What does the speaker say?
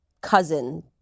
Cousin